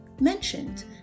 mentioned